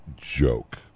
joke